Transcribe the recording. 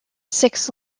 six